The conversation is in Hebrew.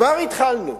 כבר התחלנו,